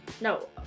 No